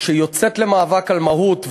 יוצאת למאבק על מהות,